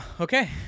okay